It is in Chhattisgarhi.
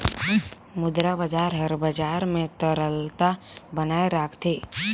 मुद्रा बजार हर बजार में तरलता बनाए राखथे